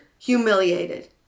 humiliated